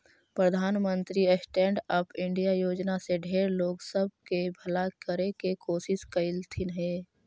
प्रधानमंत्री stand up India योजना से ढेर लोग सब के भला करे के कोशिश कयलथिन हे